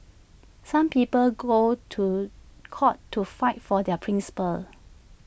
some people go to court to fight for their principles